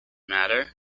matter